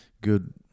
good